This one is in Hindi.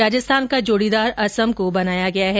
राजस्थान का जोडीदार असम को बनाया गया है